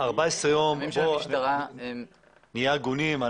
נהיה הגונים.